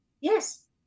Yes